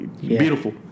Beautiful